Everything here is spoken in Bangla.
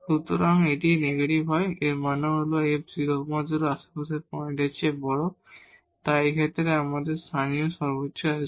সুতরাং যদি এটি নেগেটিভ হয় এর মানে হল এই f 0 0 আশেপাশের পয়েন্টের চেয়ে বড় তাই এই ক্ষেত্রে আমাদের লোকাল ম্যাক্সিমা আছে